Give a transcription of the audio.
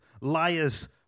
Liars